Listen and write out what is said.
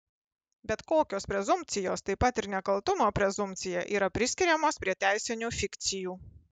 bet kokios prezumpcijos taip pat ir nekaltumo prezumpcija yra priskiriamos prie teisinių fikcijų